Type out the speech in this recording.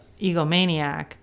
egomaniac